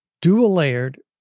dual-layered